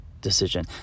decision